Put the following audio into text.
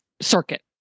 circuit